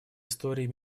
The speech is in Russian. истории